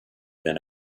been